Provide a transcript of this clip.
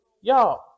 y'all